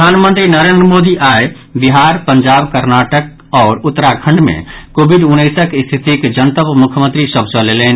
प्रधानमंत्री नरेन्द्र मोदी आइ बिहार पंजाब कर्नाटक आओर उत्तराखंड मे कोविड उनैसक स्थितिक जनतब मुख्यमंत्री सभ सँ लेलनि